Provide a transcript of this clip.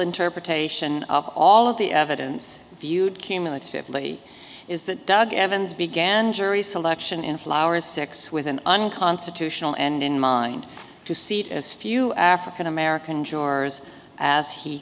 interpretation of all of the evidence viewed cumulatively is that doug evans began jury selection in flowers six with an unconstitutional and in mind to seat as few african american jurors as he